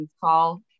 call